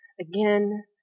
again